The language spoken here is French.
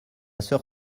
soeur